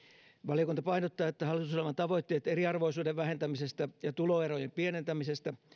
valiokunta painottaa että hallitusohjelman tavoitteet eriarvoisuuden vähentämisestä ja tuloerojen pienentämisestä